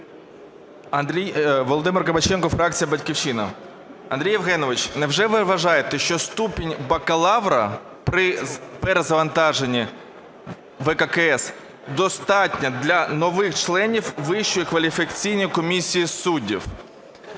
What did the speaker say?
Андрій Євгенович, невже ви вважаєте, що ступеня бакалавра при перезавантаженні ВККС достатньо для нових членів Вищої кваліфікаційної комісії суддів?